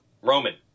Roman